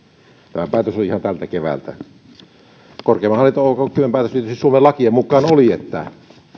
tämä päätös on ihan tältä keväältä korkeimman hallinto oikeuden päätös tietysti suomen lakien mukaan oli että